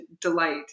delight